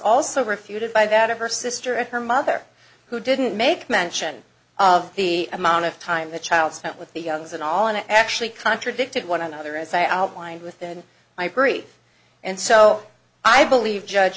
also refuted by that of her sister and her mother who didn't make mention of the amount of time the child spent with the youngs and all and i actually contradicted one another as i outlined within my brief and so i believe judge